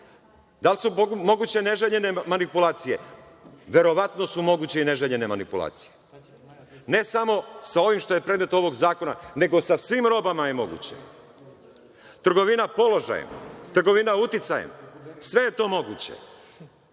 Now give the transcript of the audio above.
Da li su moguće neželjene manipulacije? Verovatno su moguće i neželjene manipualicije. Ne samo sa ovim što je predmet ovog zakona, nego sa svim robama je moguće. Trgovina položajem, trgovina uticajem, sve je to moguće.